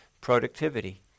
productivity